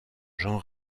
jean